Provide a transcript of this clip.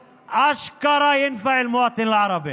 אם הייתי מתאמץ כבר הייתי מסיים לנשום מזמן.